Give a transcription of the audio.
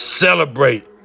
Celebrate